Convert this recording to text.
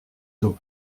d’eau